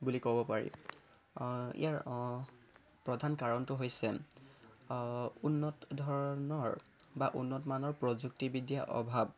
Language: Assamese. বুলি ক'ব পাৰি ইয়াৰ প্ৰধান কাৰণটো হৈছে উন্নত ধৰণৰ বা উন্নত মানৰ প্ৰযুক্তি বিদ্যাৰ অভাৱ